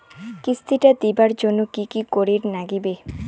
কিস্তি টা দিবার জন্যে কি করির লাগিবে?